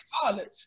college